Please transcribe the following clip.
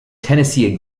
tennessee